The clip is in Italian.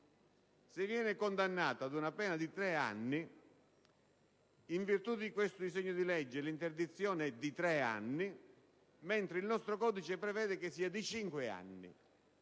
si viene condannati ad una pena di tre anni, in virtù di questo disegno di legge l'interdizione è pari a tre anni, mentre il nostro codice prevede che sia pari a cinque anni.